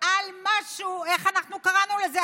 על משהו, איך אנחנו קראנו לזה?